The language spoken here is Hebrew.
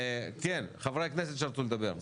כן, חברי הכנסת שרצו לדבר.